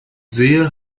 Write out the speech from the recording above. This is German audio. sehe